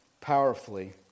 powerfully